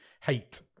Hate